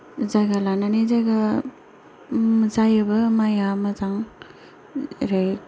जायगा लानानै जायगा जायोबो माइया मोजां ओरै